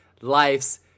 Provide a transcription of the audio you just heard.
life's